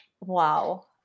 wow